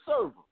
server